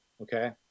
Okay